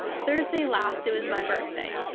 thursday last it was my birthday.